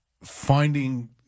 finding